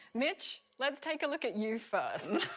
mitch, let's take a look at you first.